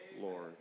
Lord